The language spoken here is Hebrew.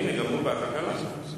הנה, גם הוא ביקש לוועדת הכלכלה.